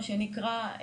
מה שנקרא,